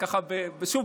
שוב,